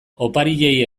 opariei